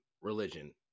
religion